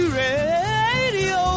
radio